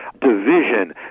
division